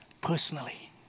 personally